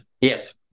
Yes